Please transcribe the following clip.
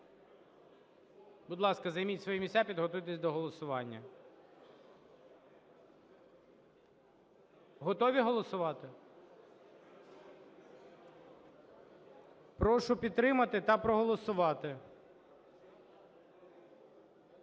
Будь ласка, займіть свої місця, підготуйтесь до голосування. Готові голосувати? Прошу підтримати та проголосувати.